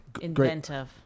Inventive